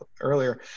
earlier